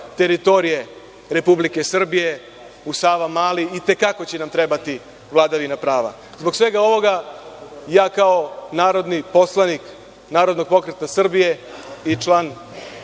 teritorije Republike Srbije u Savamali, i te kako će nam trebati vladavina prava. Zbog svega ovoga, ja kao narodni poslanik Narodnog pokreta Srbije i član